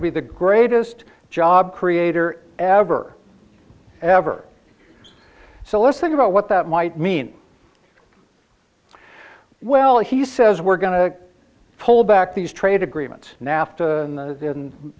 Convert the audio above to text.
to be the greatest job creator ever ever so let's think about what that might mean well he says we're going to pull back these trade agreements nafta and